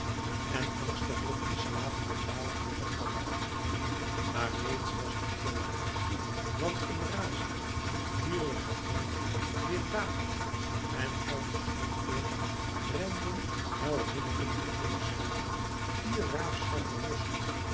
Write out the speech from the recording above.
en angstiglijk den slaven bevalen weêr op te laden maar reeds was het te laat want een razend dierlijk gegrinnik weêrdaverde en uit de slotpoort renden huilhinnikend te voorschijn vier raafzwarte rossen